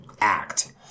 Act